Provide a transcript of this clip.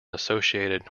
associated